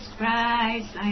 Christ